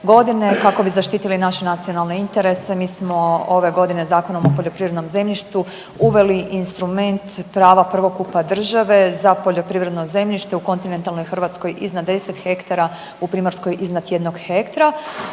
Kako bi zaštitili naše nacionalne interese mi smo ove godine Zakonom o poljoprivrednom zemljištu uveli instrument prava prvokupa države za poljoprivredno zemljište u kontinentalnoj Hrvatskoj iznad 10 ha, u primorskoj iznad 1 ha.